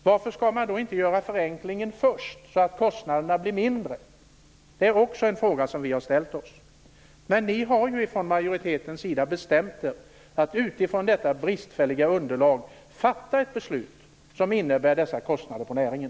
Varför skall man då inte göra förenklingen först, så att kostnaderna blir mindre? Det är också en fråga som vi har ställt oss. Men ni har ju från majoritetens sida bestämt er för att utifrån detta bristfälliga underlag fatta ett beslut som innebär dessa kostnader för näringen.